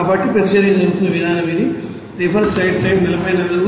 కాబట్టి ప్రతిచర్య జరుగుతున్న విధానం ఇది